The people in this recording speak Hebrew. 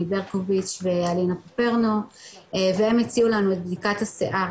ברקוביץ' ואלינה פופרנו והם הציעו לנו את בדיקת השיער